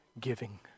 giving